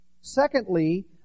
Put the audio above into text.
Secondly